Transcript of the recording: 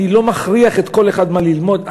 אני לא מכריח כל אחד מה ללמוד,